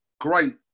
Great